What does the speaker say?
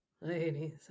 Ladies